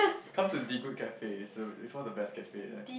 come to D good cafe is uh is one of the best cafe there